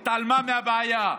התעלמה מהבעיה,